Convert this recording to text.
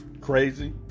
Crazy